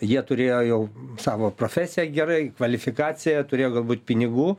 jie turėjo jau savo profesiją gerai kvalifikaciją turėjo galbūt pinigų